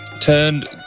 turned